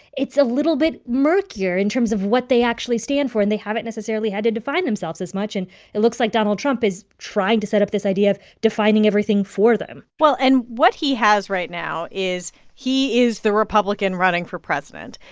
it's a little bit murkier in terms of what they actually stand for. and they haven't necessarily had to define themselves as much. and it looks like donald trump is trying to set up this idea of defining everything for them well and what he has right now is he is the republican running for president.